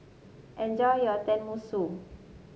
enjoy your Tenmusu